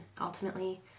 ultimately